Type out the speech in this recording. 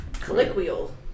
Colloquial